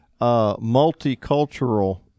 multicultural